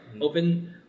open